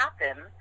happen